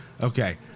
Okay